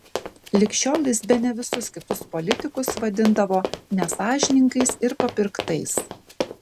lig šiol jis bene visus kitus politikus vadindavo nesąžiningais ir papirktais